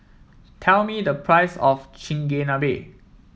tell me the price of Chigenabe